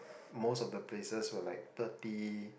most of the places were like thirty